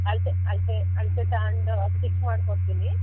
ಅಳತೆ ಅಳತೆ ಅಳತೆ ತಗೊಂಡು ಸ್ಟಿಚ್ ಮಾಡಿ ಕೊಡ್ತೀನಿ